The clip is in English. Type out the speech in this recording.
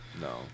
No